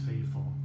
faithful